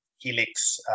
Helix